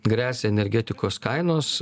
gresia energetikos kainos